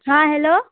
ہاں ہیلو